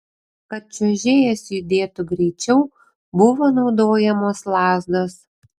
kad čiuožėjas judėtų greičiau buvo naudojamos lazdos